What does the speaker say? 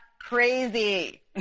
crazy